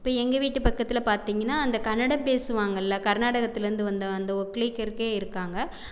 இப்போ எங்கள் வீட்டு பக்கத்தில் பார்த்திங்கனா அந்த கன்னடம் பேசுவார்கள்ல கர்நாடகத்திலந்து வந்த அந்த ஒக்லிக்கர்க்கே இருக்காங்க